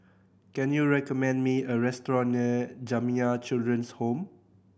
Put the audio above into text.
can you recommend me a restaurant near Jamiyah Children's Home